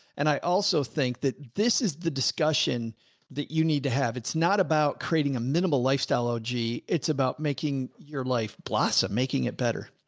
and i, i also think that this is the discussion that you need to have. it's not about creating a minimal lifestyle og. it's about making your life blossom, making it better.